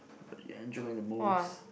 but you enjoying the most